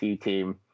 team